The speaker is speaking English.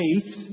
faith